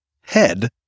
head